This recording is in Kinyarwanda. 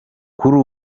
kuri